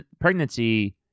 pregnancy